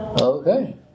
Okay